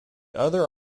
other